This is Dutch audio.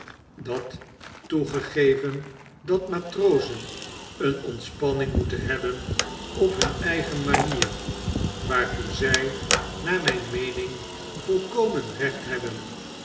dat toegegeven dat matrozen een ontspanning moeten hebben op hun eigen manier waartoe zy naar myn meening volkomen recht hebben